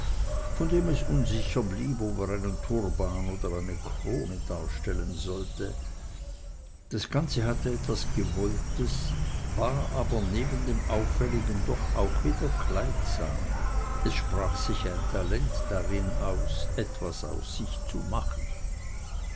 von dem es unsicher blieb ob er einen turban oder eine krone darstellen sollte das ganze hatte etwas gewolltes war aber neben dem auffälligen doch auch wieder kleidsam es sprach sich ein talent darin aus etwas aus sich zu machen